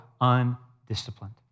undisciplined